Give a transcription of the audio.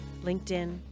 LinkedIn